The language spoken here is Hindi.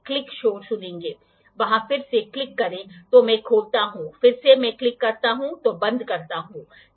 भ्रम को दूर करने के लिए हम एक सरल नियम का पालन करते हैं वह नियम जिसे हमें याद रखना चाहिए